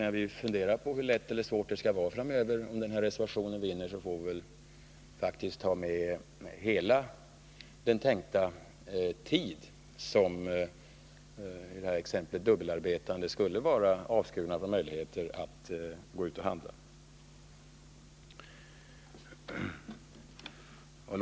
När vi funderar på hur lätt eller svårt det kommer att bli framöver, om den socialdemokratiska reservationen vinner, får vi väl också tai betraktande hur lång tid som exempelvis de dubbelarbetande skulle vara avskurna från möjligheten att göra sina inköp.